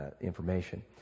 information